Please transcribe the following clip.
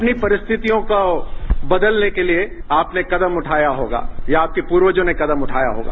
अपनी परिस्थितियों को बदलने के लिए आपने कदम उठाया होगा या आपके पूर्वजों ने कदम उठाया होगा